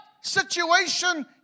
situation